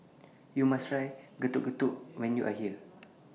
YOU must Try Getuk Getuk when YOU Are here